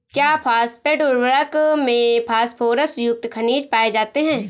क्या फॉस्फेट उर्वरक में फास्फोरस युक्त खनिज पाए जाते हैं?